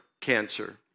cancer